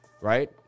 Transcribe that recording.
right